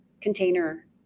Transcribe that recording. container